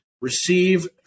receive